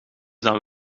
dan